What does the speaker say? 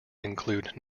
include